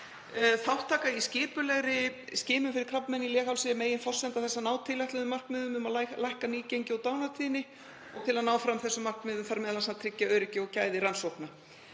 Þátttaka í skipulegri skimun fyrir krabbamein í leghálsi er meginforsenda þess að ná tilætluðum markmiðum um að lækka nýgengi og dánartíðni. Til að ná fram þessum markmiðum þarf m.a. að tryggja öryggi og gæði rannsókna.